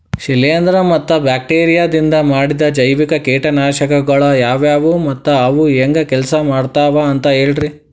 ಶಿಲೇಂಧ್ರ ಮತ್ತ ಬ್ಯಾಕ್ಟೇರಿಯದಿಂದ ಮಾಡಿದ ಜೈವಿಕ ಕೇಟನಾಶಕಗೊಳ ಯಾವ್ಯಾವು ಮತ್ತ ಅವು ಹೆಂಗ್ ಕೆಲ್ಸ ಮಾಡ್ತಾವ ಅಂತ ಹೇಳ್ರಿ?